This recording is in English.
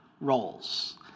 roles